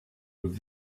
with